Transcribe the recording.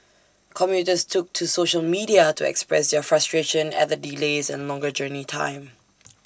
commuters took to social media to express their frustration at the delays and longer journey time